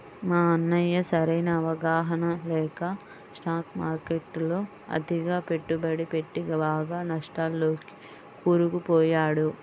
మా అన్నయ్య సరైన అవగాహన లేక స్టాక్ మార్కెట్టులో అతిగా పెట్టుబడి పెట్టి బాగా నష్టాల్లోకి కూరుకుపోయాడు